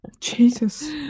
Jesus